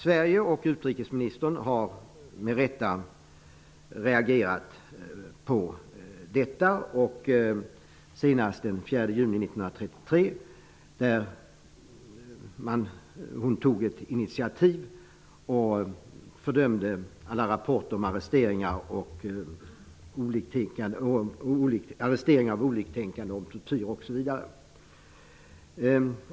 Sverige och utrikesministern har med rätta reagerat på detta, senast den 4 juni 1993. Då tog utrikesministern ett initiativ och fördömde alla rapporter om arresteringar av oliktänkande, tortyr osv.